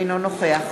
אינו נוכח